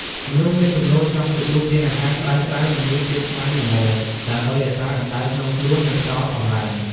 មនុស្សមានទំនោរចង់ទទួលទានអាហារ ក្តៅៗ និងមានជាតិខ្លាញ់ល្មម ដើម្បីរក្សាកម្ដៅក្នុងខ្លួន និងផ្តល់កម្លាំង។